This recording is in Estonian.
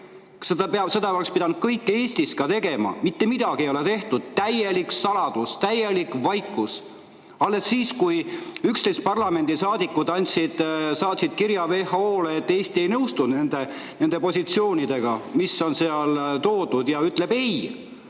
Seda oleks pidanud Eestis tegema, mitte midagi ei ole tehtud. Täielik saladus, täielik vaikus! Alles siis, kui 11 parlamendisaadikut saatsid kirja WHO-le, et Eesti ei nõustu nende positsioonidega, mis on seal toodud, ja ütleb ei,